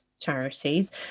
Charities